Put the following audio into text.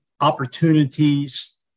opportunities